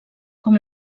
com